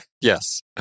yes